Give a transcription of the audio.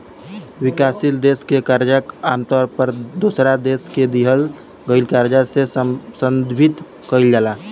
विकासशील देश के कर्जा आमतौर पर दोसरा देश से लिहल गईल कर्जा से संदर्भित कईल जाला